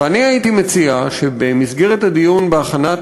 ואני הייתי מציע שבמסגרת הדיון בהכנת